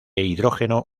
hidrógeno